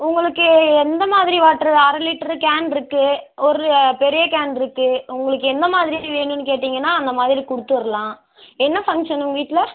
உங்களுக்கு எ எந்த மாதிரி வாட்டர் அரை லிட்ரு கேனிருக்கு ஒரு பெரிய கேனிருக்கு உங்களுக்கு எந்த மாதிரி வேணும்னு கேட்டிங்கன்னால் அந்த மாதிரி கொடுத்துர்லாம் என்ன ஃபங்க்ஷன் உங்கள் வீட்டில்